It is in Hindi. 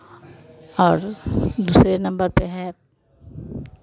और दूसरे नम्बर पे है